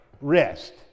rest